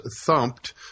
thumped